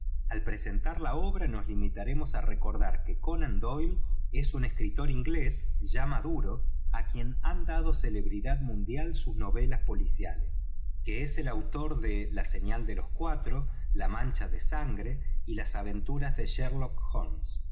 al presentar la obra nos limitaremos reoordar que oonan doyie es un escritor inglés ya maduro quien han dado celebridad mundial sus novelas policiales que r es el autor de la señal de los cuatro la mancha de sangre y las aventuras de sherlock holmes